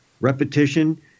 Repetition